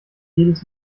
jedes